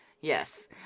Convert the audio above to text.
Yes